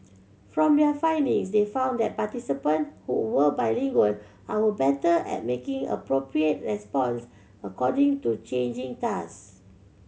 from their findings they found that participants who were bilingual are were better at making appropriate response according to changing task